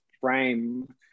frame